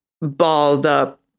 balled-up